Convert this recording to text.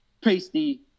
pasty